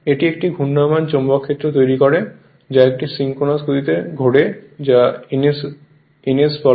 এটি একটি ঘূর্ণায়মান চৌম্বক ক্ষেত্র তৈরি করে যা একটি সিনক্রোনাস গতিতে ঘোরে যা ns বলে